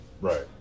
Right